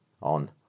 on